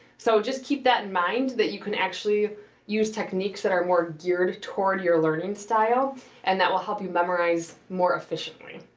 so, just keep that in mind that you can actually use techniques that are more geared toward your learning style and that will help you memorize more efficiently.